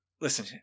Listen